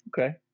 Okay